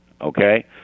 okay